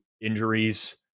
injuries